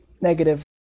Negative